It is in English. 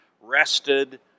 rested